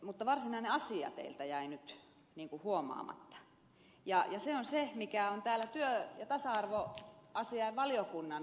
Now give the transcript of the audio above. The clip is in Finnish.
ja varsinainen asia teiltä jäi nyt huomaamatta ja se on se mikä on täällä työ ja tasa arvoasiainvaliokunnan lausunnossa